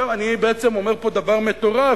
עכשיו, אני בעצם אומר פה דבר מטורף.